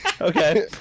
Okay